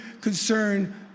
concern